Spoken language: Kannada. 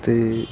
ಮತ್ತು